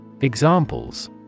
Examples